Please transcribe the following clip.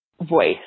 voice